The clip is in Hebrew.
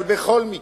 אבל בכל מקרה,